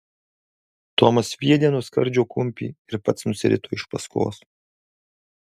tomas sviedė nuo skardžio kumpį ir pats nusirito iš paskos